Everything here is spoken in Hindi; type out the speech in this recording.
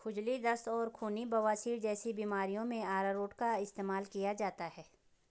खुजली, दस्त और खूनी बवासीर जैसी बीमारियों में अरारोट का इस्तेमाल किया जाता है